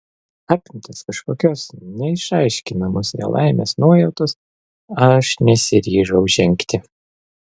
apimtas kažkokios neišaiškinamos nelaimės nuojautos aš nesiryžau žengti